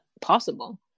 possible